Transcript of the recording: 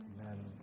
Amen